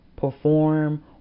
perform